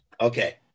Okay